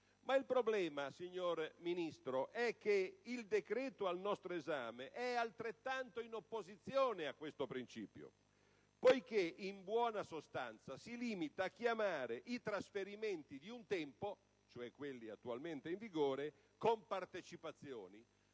Ma il problema, signor Ministro, è che il decreto in esame è altrettanto in opposizione a questo principio, poiché si limita a chiamare i trasferimenti di un tempo, ossia quelli attualmente in vigore, "compartecipazioni":